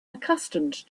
accustomed